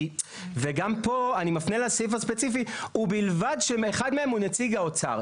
וגם פה אני מפנה לסעיף הספציפי: "ובלבד שאחד מהם הוא נציג האוצר".